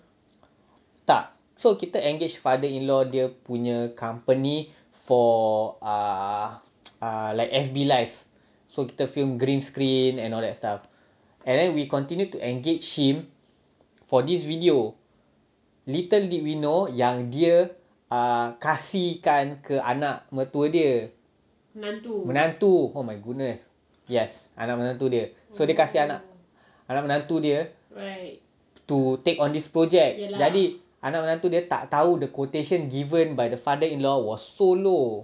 tak so kita engage father in law dia punya company for uh uh like F_B live so the film green screen and all that stuff and then we continue to engage him for this video little did we know yang dia kasikan ke anak mertua dia menantu oh my goodness yes anak menantu dia so dia kasi anak anak menantu dia to take on this project jadi anak menantu dia tak tahu the quotation given by the father in law was so low